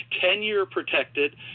Tenure-protected